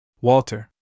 Walter